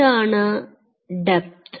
ഇതാണ് ഡെപ്ത്